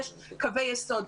יש קווי יסוד,